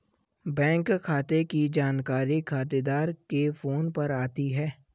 bank खाते की जानकारी खातेदार के फोन पर आती है